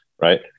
right